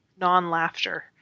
Non-laughter